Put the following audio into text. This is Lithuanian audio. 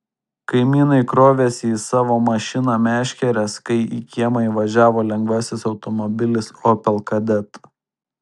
kaimynai krovėsi į savo mašiną meškeres kai į kiemą įvažiavo lengvasis automobilis opel kadett